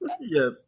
yes